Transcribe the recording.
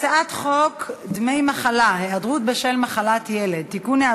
הצעת חוק דמי מחלה (היעדרות בשל מחלת ילד) (תיקון,